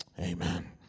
Amen